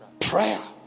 Prayer